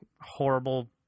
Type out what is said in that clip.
horrible